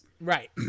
Right